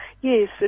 yes